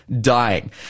dying